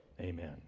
Amen